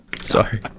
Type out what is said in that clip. Sorry